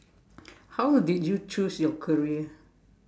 how did you choose your career